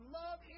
love